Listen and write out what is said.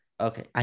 Okay